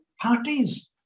parties